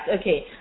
okay